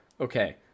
Okay